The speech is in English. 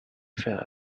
felt